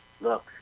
look